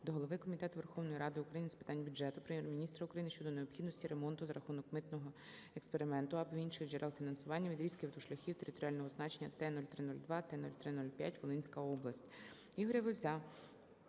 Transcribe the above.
до голови Комітету Верховної Ради України з питань бюджету, Прем'єр-міністра України щодо необхідності ремонту, за рахунок "митного експерименту" (або інших джерел фінансування) відрізків автошляхів територіального значення Т- 03-02 та Т-03-05 (Волинська область). Ігоря Гузя